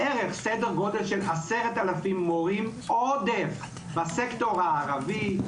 עודף של כ-10,000 מורים בסקטור הערבי,